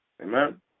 amen